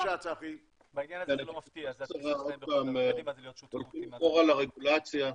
עוד פעם, על הרגולציה,